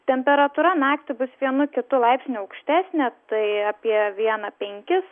temperatūra naktį bus vienu kitu laipsniu aukštesnė tai apie vieną penkis